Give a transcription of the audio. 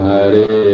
Hare